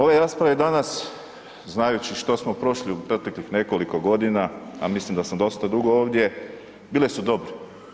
Ovaj raspored danas znajući što smo prošli u proteklih nekoliko godina, a mislim da sam dosta dugo ovdje, bile su dobre.